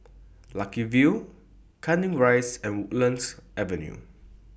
Lucky View Canning Rise and Woodlands Avenue